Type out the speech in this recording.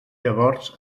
llavors